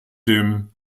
dem